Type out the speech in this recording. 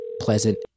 pleasant